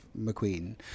McQueen